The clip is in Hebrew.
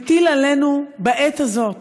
זה מטיל עלינו בעת הזאת